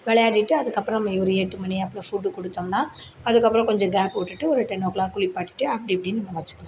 விளையாடிட்டு அதுக்கு அப்பறம் ஒரு எட்டு மணியை போல ஃபுட் கொடுத்தம்னா அதுக்கு அப்பறம் கொஞ்சம் கேப் விட்டுட்டு ஒரு டென்னோ கிளாக் குளிப்பாட்டிவிட்டு அப்படி இப்படின் நம்ம வச்சிக்கலாம்